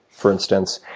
for instance,